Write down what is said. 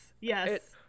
yes